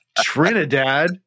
trinidad